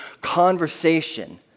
conversation